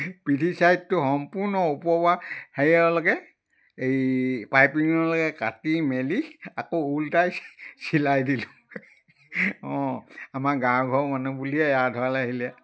পিঠি চাইডটো সম্পূৰ্ণ ওপৰৰ পৰা হেৰিলৈকে এই পাইপিঙলৈকে কাটি মেলি আকৌ ওলোটাই চিলাই দিলোঁ অঁ আমাৰ গাঁৱৰ ঘৰৰ মানুহ বুলিয়ে এৰা ধৰালৈ আহিলে